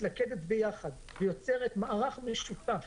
מתלכדת ביחד ויוצרת מערך משותף